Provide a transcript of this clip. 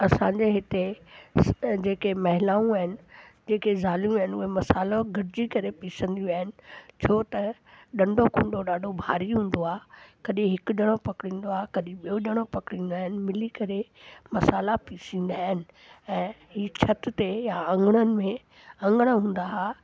असांजे हिते जेके महिलाऊं आहिनि जेके ज़ालूं आहिनि उहे मसाला गॾजी करे पीसंदियूं आहिनि छो त ॾंडो कूंडो ॾाढो भारी हूंदो आहे कॾहिं हिकु ॼणो पकड़ींदो आहे कॾी ॿियो ॼणो पकड़ींदा आहिनि मिली करे मिली करे मसाला पीसींदा आहिनि ऐं ही छत ते या आंगड़ अंगड़ हूंदा हुआ